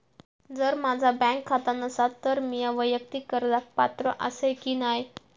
जर माझा बँक खाता नसात तर मीया वैयक्तिक कर्जाक पात्र आसय की नाय?